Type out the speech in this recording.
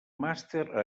màster